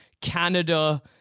Canada